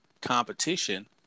competition